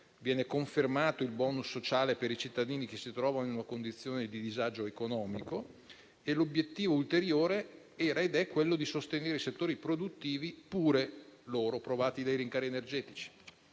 Viene confermato il *bonus* sociale per i cittadini che si trovano in una condizione di disagio economico e l'obiettivo ulteriore era ed è quello di sostenere i settori produttivi, anch'essi provati dai rincari energetici.